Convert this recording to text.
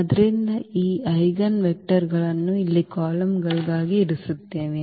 ಆದ್ದರಿಂದ ಈ ಐಜೆನ್ ವೆಕ್ಟರ್ಗಳನ್ನು ಇಲ್ಲಿ ಕಾಲಮ್ಗಳಾಗಿ ಇರಿಸುತ್ತೇವೆ